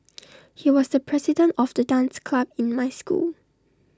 he was the president of the dance club in my school